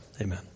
Amen